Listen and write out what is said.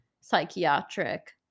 psychiatric